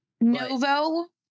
Novo